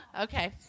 Okay